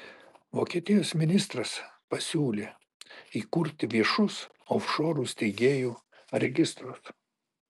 vokietijos ministras pasiūlė įkurti viešus ofšorų steigėjų registrus